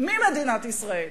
ממדינת ישראל